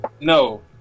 No